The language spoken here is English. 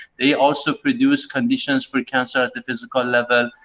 they also produce conditions for cancer at the physical level,